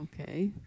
okay